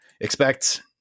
expect